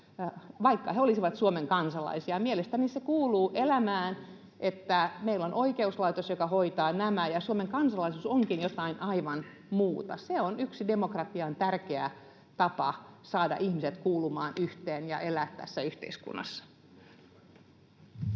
vaikka he olisivat Suomen kansalaisia. Mielestäni se kuuluu elämään, että meillä on oikeuslaitos, joka hoitaa nämä, ja Suomen kansalaisuus onkin jotain aivan muuta. Se on yksi demokratian tärkeä tapa saada ihmiset kuulumaan yhteen ja elämään tässä yhteiskunnassa.